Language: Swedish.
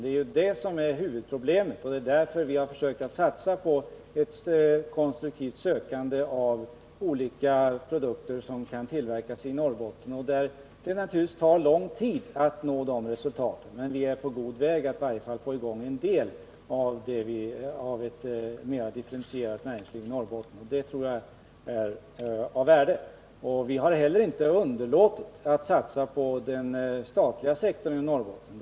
Det är det som är huvudproblemet, och det är därför som vi har försökt att satsa på ett konstruktivt sökande efter olika produkter som kan tillverkas i Norrbotten. Det tar naturligtvis lång tid att nå resultat, men vi är på god väg att i varje fall få i gång en del av ett mera differentierat näringsliv i Norrbotten. Och det tror jag är av värde. Vi har heller inte underlåtit att satsa på den statliga sektorn i Norrbotten.